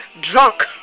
drunk